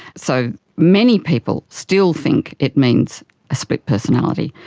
so, many people still think it means a split personality,